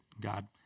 God